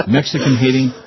Mexican-hating